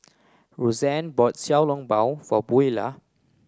Rosann bought xiao long bao for Buelah